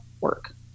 work